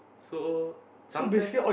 so sometimes